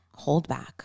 holdback